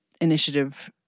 initiative